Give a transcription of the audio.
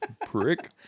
Prick